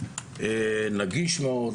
נגיש מאוד,